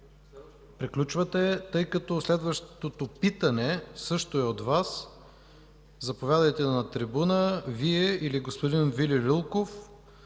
Приключвате, тъй като следващото питане също е от Вас. Заповядайте на трибуната – Вие или господин Вили Лилков.